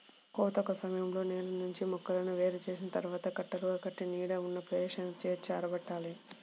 కోత సమయంలో నేల నుంచి మొక్కలను వేరు చేసిన తర్వాత కట్టలుగా కట్టి నీడ ఉన్న ప్రదేశానికి చేర్చి ఆరబెట్టాలి